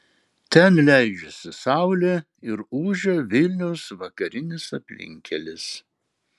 ten leidžiasi saulė ir ūžia vilniaus vakarinis aplinkkelis